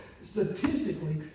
Statistically